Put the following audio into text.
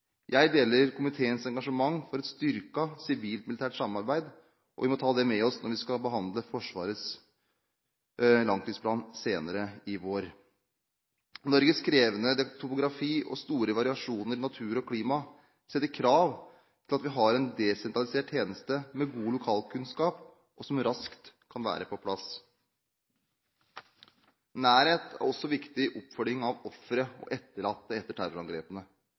Jeg deler komiteens engasjement for et styrket sivilt–militært samarbeid, og vi må ta det med oss når vi skal behandle Forsvarets langtidsplan senere i vår. Norges krevende topografi og store variasjoner i natur og klima setter krav til at vi har en desentralisert tjeneste med god lokalkunnskap, og som raskt kan være på plass. Nærhet er også viktig i oppfølgingen av ofre og etterlatte etter terrorangrepene.